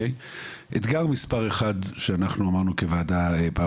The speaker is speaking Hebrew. אתגר מספר אחד שאמרנו כוועדה בפעם